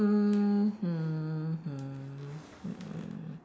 mm hmm hmm hmm